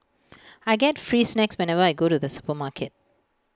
I get free snacks whenever I go to the supermarket